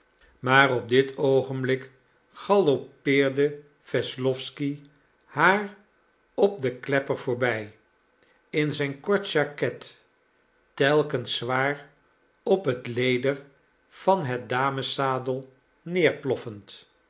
maar op dit oogenblik galoppeerde wesslowsky haar op den klepper voorbij in zijn kort jaquet telkens zwaar op het leder van het dameszadel neerploffend